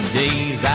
days